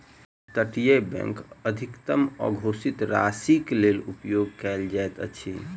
up तटीय bank अधिकतम अघोषित राशिक लेल उपयोग कयल जाइत अछि